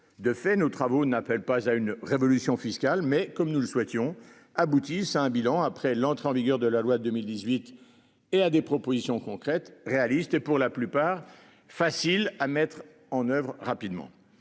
de fait nos travaux n'appelle pas à une révolution fiscale, mais comme nous le souhaitions aboutissent à un bilan après l'entrée en vigueur de la loi 2018 et à des propositions concrètes, réalistes et pour la plupart facile à mettre en oeuvre rapidement